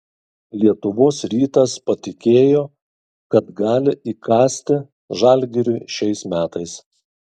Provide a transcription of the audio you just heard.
lietuvos rytas patikėjo kad gali įkasti žalgiriui šiais metais